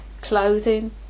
clothing